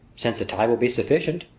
since the tide will be sufficient,